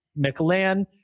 McLan